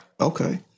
Okay